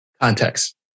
Context